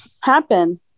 happen